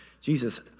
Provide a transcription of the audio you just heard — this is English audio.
Jesus